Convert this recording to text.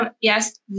yes